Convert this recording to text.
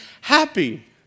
happy